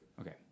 okay